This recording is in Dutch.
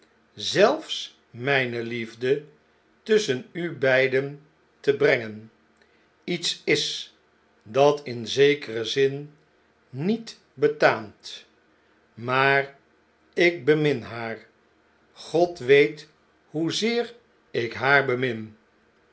zelfs mijne liefde tusschen u beiden te brengen iets is dat in zekeren zin niet betaamt maar ik bemin haar grbd weethoezeer ik haar bemin